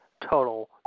total